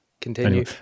continue